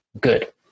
good